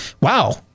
Wow